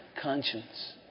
conscience